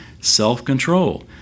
self-control